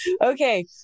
Okay